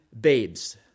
babes